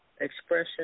expression